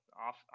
off